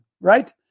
right